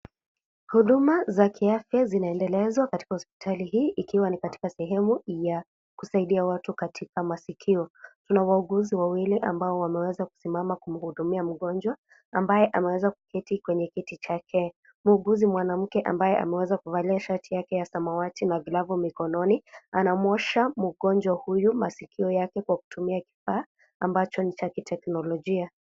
Huduma za kiafya zinaendelezwa katika hospitali hii ikiwa ni katika sehemu ya kusaidia watu katika masikio. Kuna wauguzi wawili ambao wameweza kusimama kumhudumia mgonjwa ambaye ameweza kuketi kwenye kiti chake. Muuguzi mwanamke ambaye ameweza kuvalia shati yake ya samawati na glavu mikononi anamwosha kwa kutumia kifaa ambacho ni cha kiteknolojia.